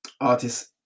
artist